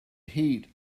heat